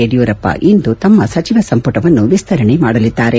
ಯಡಿಯೂರಪ್ಪ ಇಂದು ತಮ್ಮ ಸಚಿವ ಸಂಪುಟವನ್ನು ವಿಸ್ತರಣೆ ಮಾಡಲಿದ್ದಾರೆ